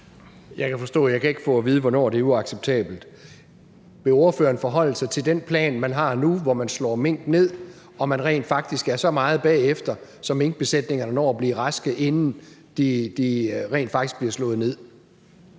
Jeg kan forstå, at jeg ikke kan få at vide, hvornår det er uacceptabelt. Vil ordføreren forholde sig til den plan, man har nu, hvor man slår mink ned og man rent faktisk er så meget bagefter, at minkbesætningerne når at blive raske, inden de bliver slået ned?